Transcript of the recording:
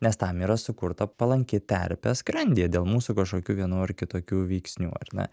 nes tam yra sukurta palanki terpė skrandyje dėl mūsų kažkokių vienų ar kitokių veiksnių ar ne